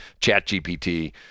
ChatGPT